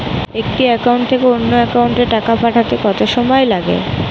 একটি একাউন্ট থেকে অন্য একাউন্টে টাকা পাঠাতে কত সময় লাগে?